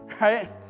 right